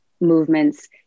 movements